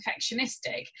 perfectionistic